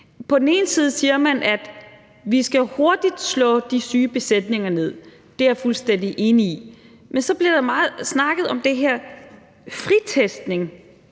for man siger, at vi hurtigt skal slå de syge besætninger ned, og det er jeg fuldstændig enig i, men så bliver der også snakket meget om det her fritestning,